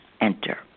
enter